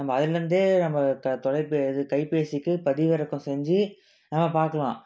நம்ம அதிலேருந்தே நம்ம தொ தொலைபே இது கைபேசிக்கு பதிவிறக்கம் செஞ்சி நம்ம பார்க்குலாம்